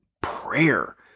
prayer